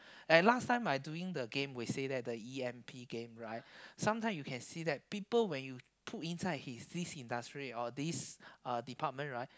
and last time I doing the game we say that the E_M_P game right sometime you can see that people when you put inside his this industry or this uh department right